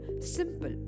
simple